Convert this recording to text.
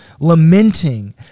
lamenting